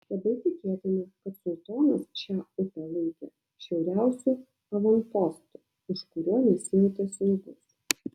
labai tikėtina kad sultonas šią upę laikė šiauriausiu avanpostu už kurio nesijautė saugus